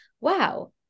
wow